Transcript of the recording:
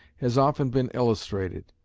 has often been illustrated.